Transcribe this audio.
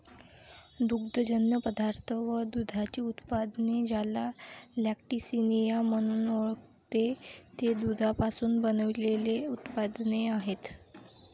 दुग्धजन्य पदार्थ व दुधाची उत्पादने, ज्याला लॅक्टिसिनिया म्हणून ओळखते, ते दुधापासून बनविलेले उत्पादने आहेत